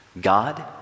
God